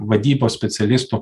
vadybos specialistų